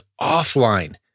offline